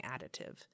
additive